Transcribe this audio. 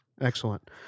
Excellent